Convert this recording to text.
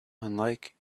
unlike